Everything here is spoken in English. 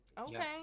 Okay